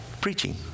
preaching